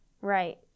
Right